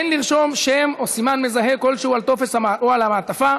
אין לרשום שם או סימן מזהה כלשהו על הטופס או על המעטפה.